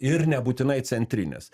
ir nebūtinai centrinės